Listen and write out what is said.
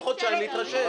אי אפשר כל חודשיים להתרשל.